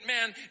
man